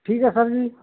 ठीक है सर जी